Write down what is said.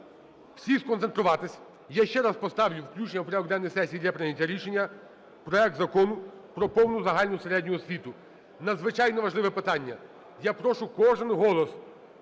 всіх сконцентруватись. Я ще раз поставлю включення в порядок денний сесії для прийняття рішення проект Закону про повну загальну середню освіту. Надзвичайно важливе питання. Я прошу, кожен голос.